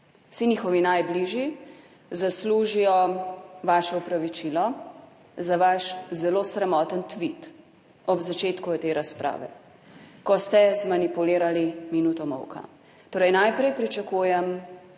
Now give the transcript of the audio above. vsi njihovi najbližji zaslužijo vaše opravičilo za vaš zelo sramoten tvit ob začetku te razprave, ko ste zmanipulirali minuto molka. Torej najprej pričakujem